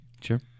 Sure